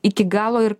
iki galo ir